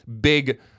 big